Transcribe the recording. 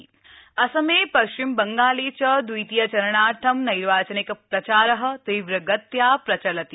विधानसभा चनाव असमे पश्चिम बंगाले च द्वितीय चरणार्थं नैर्वाचनिक प्रचार तीव्रगत्या प्रचलति